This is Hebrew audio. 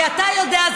כי אתה יודע,